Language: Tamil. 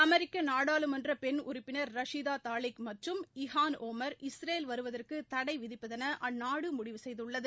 அமெரிக்க நாடாளுமன்ற பெண் உறுப்பினா் ரஷீதா தாலிக் மற்றும் இஹான் ஒமா் இஸ்ரேல் வருவதற்கு தடை விதிப்பதென அந்நாடு முடிவு செய்துள்ளது